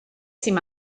sydd